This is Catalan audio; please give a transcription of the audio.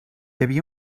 havia